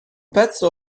pezzo